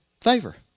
favor